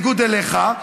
בניגוד אליך,